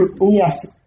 Yes